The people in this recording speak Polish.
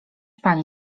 pani